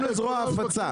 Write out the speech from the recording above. גם לזרוע ההפצה,